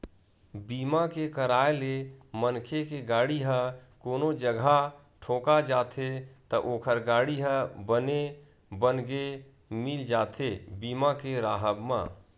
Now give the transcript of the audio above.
बीमा के कराय ले मनखे के गाड़ी ह कोनो जघा ठोका जाथे त ओखर गाड़ी ह बने बनगे मिल जाथे बीमा के राहब म